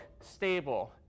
stable